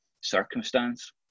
circumstance